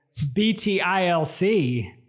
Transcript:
btilc